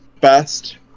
best